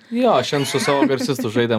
jo nu su savo garsistu žaidėm